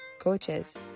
coaches